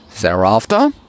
Thereafter